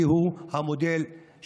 ובזה העם היהודי הוא המודל לחיקוי.